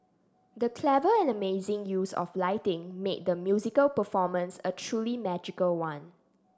the clever and amazing use of lighting made the musical performance a truly magical one